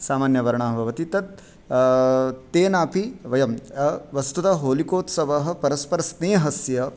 सामान्यवर्णः भवति तत् तेनापि वयं वस्तुतः होलिकोत्सवः परस्परस्नेहस्य